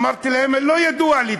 אמרתי להם: לא ידוע לי.